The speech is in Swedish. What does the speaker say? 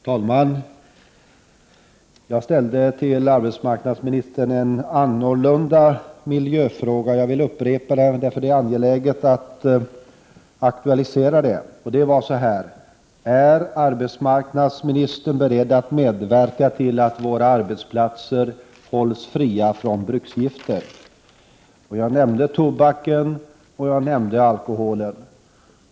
Herr talman! Jag ställde till arbetsmarknadsministern en annorlunda miljöfråga. Jag vill upprepa den, därför att det är angeläget att aktualisera den. Den lyder: Är arbetsmarknadsministern beredd att medverka till att våra arbetsplatser hålls fria från bruksgifter? Jag nämnde tobaken och alkoholen.